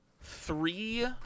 three